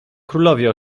królowie